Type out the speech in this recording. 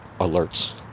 alerts